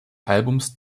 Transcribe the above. albums